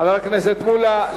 חבר הכנסת מולה,